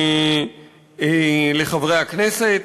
חברי הכנסת.